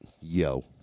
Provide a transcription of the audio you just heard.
Yo